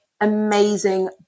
amazing